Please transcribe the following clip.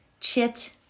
chit